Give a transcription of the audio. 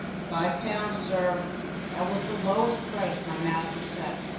five pounds, sir that was the lowest price my master set.